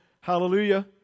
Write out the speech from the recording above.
Hallelujah